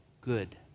good